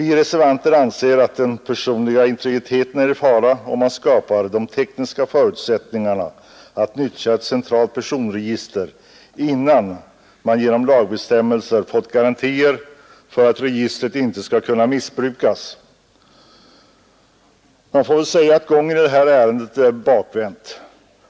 Vi reservanter anser att den personliga integriteten är i fara om man skapar de tekniska förutsättningarna för att nyttja ett centralt personregister, innan man genom lagbestämmelser skapar garantier för att registret inte skall kunna missbrukas. Gången i det här ärendet är på något sätt bakvänd.